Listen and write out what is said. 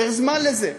צריך זמן לזה,